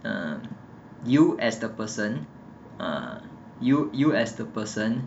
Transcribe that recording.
um you as the person uh you you as the person